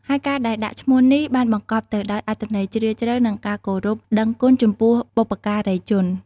ហើយការដែលដាក់ឈ្មោះនេះ បានបង្កប់ទៅដោយអត្ថន័យជ្រាលជ្រៅ និងការគោរពដឹងគុណចំពោះបុព្វការីជន។